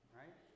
right